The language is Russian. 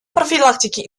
профилактике